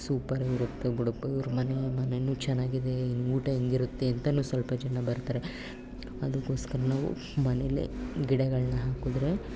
ಸೂಪರಾಗಿ ಇರುತ್ತೆ ಬಿಡಪ್ಪ ಇವ್ರ ಮನೆ ಮನೇಯೂ ಚೆನ್ನಾಗಿದೆ ಇನ್ನು ಊಟ ಹೆಂಗಿರುತ್ತೆ ಅಂತಲೂ ಸಲ್ಪ ಜನ ಬರ್ತಾರೆ ಅದಕ್ಕೋಸ್ಕರ ನಾವು ಮನೇಲೆ ಗಿಡಗಳನ್ನು ಹಾಕಿದ್ರೆ